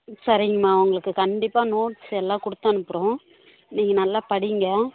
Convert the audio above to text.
சரிங்ம்மா உங்களுக்கு கண்டிப்பாக நோட்ஸ் எல்லாம் கொடுத்து அனுப்புகிறோம் நீங்கள் நல்லா படியுங்க